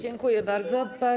Dziękuję bardzo.